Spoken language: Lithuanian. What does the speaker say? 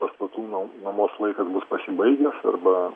pastatų nuo nuomos laikas bus pasibaigęs arba